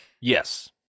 Yes